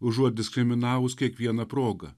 užuot diskriminavus kiekviena proga